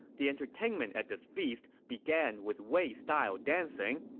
the entertainment at this feast began with wei-style dancing,